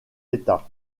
état